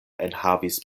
enhavis